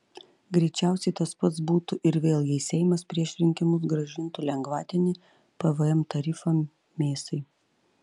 greičiausiai tas pats būtų ir vėl jei seimas prieš rinkimus grąžintų lengvatinį pvm tarifą mėsai